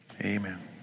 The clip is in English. amen